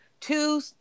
two